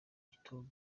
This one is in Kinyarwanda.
gatuna